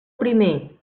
primer